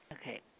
Okay